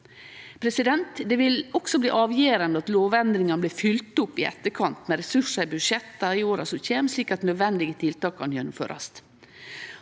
språka. Det vil også bli avgjerande at lovendringar blir fylgt opp i etterkant med resursar i budsjetta i åra som kjem, slik at nødvendige tiltak kan gjennomførast.